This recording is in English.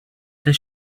does